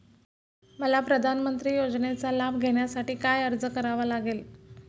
मला प्रधानमंत्री योजनेचा लाभ घेण्यासाठी काय अर्ज करावा लागेल?